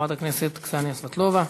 חברת הכנסת קסניה סבטלובה.